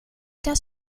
das